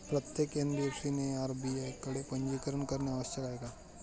प्रत्येक एन.बी.एफ.सी ने आर.बी.आय कडे पंजीकरण करणे आवश्यक आहे का?